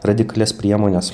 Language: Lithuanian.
radikalias priemones